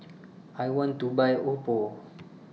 I want to Buy Oppo